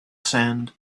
sand